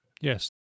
Yes